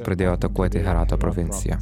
pradėjo atakuoti herato provinciją